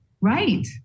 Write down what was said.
Right